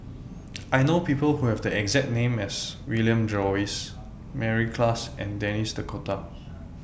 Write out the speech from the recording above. I know People Who Have The exact name as William Jervois Mary Klass and Denis D'Cotta